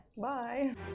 Bye